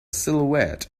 silhouette